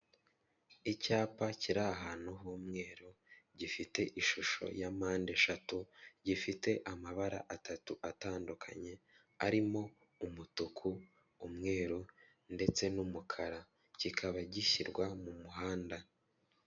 Icyapa kiri ahantu h'umweru. Gifite ishusho ya mpande eshatu, gifite amabara atatu atandukanye, arimo umutuku, umweru, ndetse n'umukara. Kikaba gishyirwa mu muhanda.